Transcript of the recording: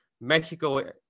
Mexico